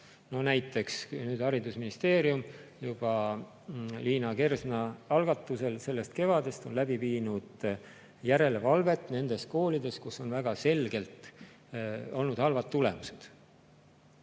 Näiteks Haridus‑ ja Teadusministeerium juba Liina Kersna algatusel sellest kevadest on läbi viinud järelevalvet nendes koolides, kus on väga selgelt olnud halvad tulemused.